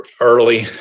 early